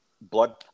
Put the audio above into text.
blood